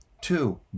Two